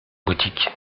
boutique